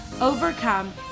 overcome